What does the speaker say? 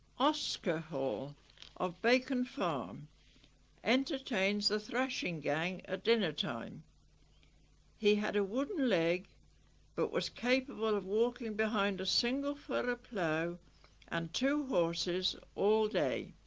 oscar hall of bacon farm entertains the thrashing gang at dinner time he had a wooden leg but was capable of walking behind a single furrow plough and two horses all day